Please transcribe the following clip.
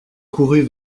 courut